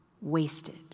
wasted